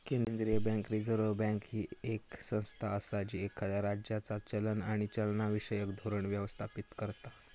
केंद्रीय bank, reserve bank, ही येक संस्था असा जी एखाद्या राज्याचा चलन आणि चलनविषयक धोरण व्यवस्थापित करता